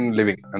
living